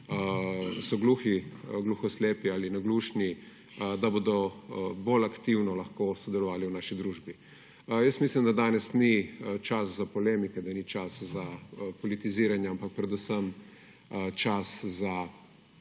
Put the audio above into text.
so gluhi, gluhoslepi ali naglušni, da bodo bolj aktivno lahko sodelovali v naši družbi. Jaz mislim, da danes ni čas za polemike, da ni čas za politiziranje, ampak predvsem čas za